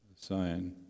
sign